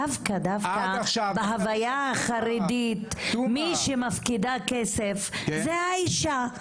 דווקא בהוויה החרדית מי שמפקידה כסף זה האישה,